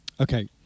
Okay